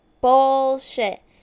Bullshit